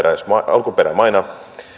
alkuperämaina